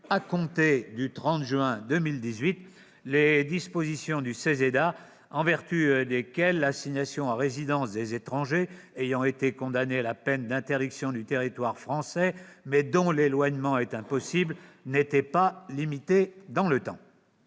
étrangers et du droit d'asile, le CESEDA, en vertu desquelles l'assignation à résidence des étrangers ayant été condamnés à la peine d'interdiction du territoire français, mais dont l'éloignement est impossible, n'était pas limitée dans le temps.